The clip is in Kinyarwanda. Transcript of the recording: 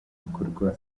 bikorwa